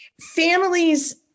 families